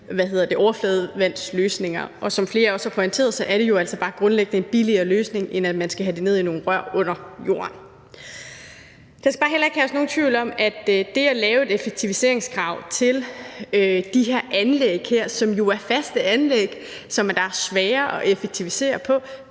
overfladevandsløsninger. Og som flere også har pointeret, er det jo altså bare grundlæggende en billigere løsning, end at man skal have det ned i nogle rør under jorden. Der skal bare heller ikke herske nogen tvivl om, at det at lave et effektiviseringskrav til de her anlæg, som jo er faste anlæg, som er svære at effektivisere på,